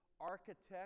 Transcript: architect